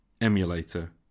emulator